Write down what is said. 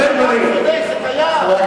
הרבה דברים, זה דבר צודק, זה קיים.